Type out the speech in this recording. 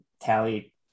Tally